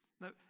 No